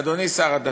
אדוני שר הדתות,